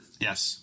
Yes